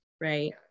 right